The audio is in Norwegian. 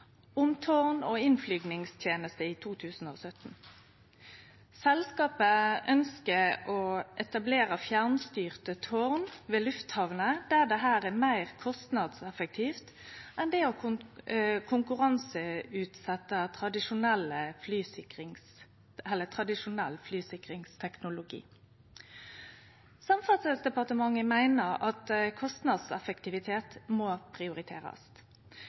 om tårn- og innflygingstenester i 2017. Selskapet ønskjer å etablere fjernstyrte tårn ved lufthamner der det er meir kostnadseffektivt enn å konkurranseutsetje tradisjonell flysikringsteknologi. Samferdselsdepartementet meiner at kostnadseffektivitet må prioriterast,